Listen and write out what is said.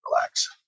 relax